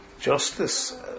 justice